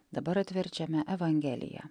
dabar atverčiame evangeliją